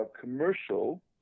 commercial